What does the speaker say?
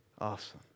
Awesome